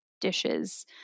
dishes